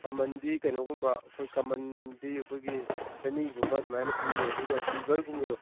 ꯀꯃꯟꯗꯤ ꯀꯩꯅꯣꯒꯨꯝꯕ ꯑꯩꯈꯣꯏ ꯀꯃꯟꯗꯤ ꯑꯩꯈꯣꯏꯒꯤ ꯆꯅꯤꯒꯨꯝꯕ ꯑꯗꯨꯃꯥꯏꯅ ꯄꯤꯅꯤ ꯑꯗꯨꯒ ꯁꯤꯜꯚꯔꯒꯨꯝꯕꯗꯣ